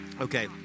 okay